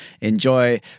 enjoy